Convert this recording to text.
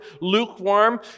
lukewarm